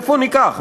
מאיפה ניקח?